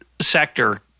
sector